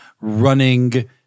running